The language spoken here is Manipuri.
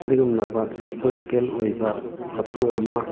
ꯑꯗꯨꯒꯨꯝꯂꯕ ꯍꯤꯁꯇꯣꯔꯤꯀꯦꯜ ꯑꯣꯏꯕ ꯐꯣꯇꯣ ꯑꯃ